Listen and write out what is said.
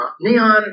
neon